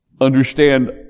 understand